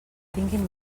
tinguin